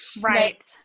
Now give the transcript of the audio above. Right